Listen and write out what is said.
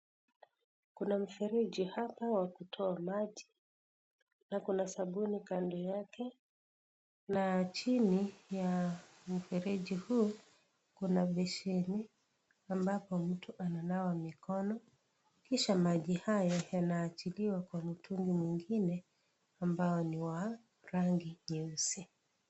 Kuna mfereji hapa wa kutoa maji na kuna sabuni kando yake na chini ya mfereji huu, kuna beseni ambapo mtu ananawa mikono. Kisha maji haya yanaachiliwa kwa mtungi mwingine ambao ni wa rangi nyeusi.